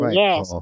yes